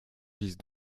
vise